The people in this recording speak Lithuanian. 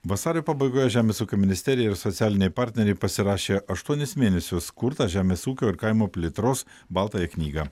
vasario pabaigoje žemės ūkio ministerija ir socialiniai partneriai pasirašė aštuonis mėnesius kurtą žemės ūkio ir kaimo plėtros baltąją knygą